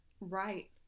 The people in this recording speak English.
Right